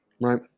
right